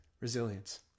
resilience